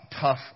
tough